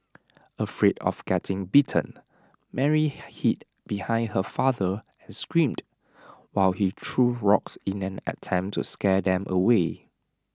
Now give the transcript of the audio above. afraid of getting bitten Mary hid behind her father and screamed while he threw rocks in an attempt to scare them away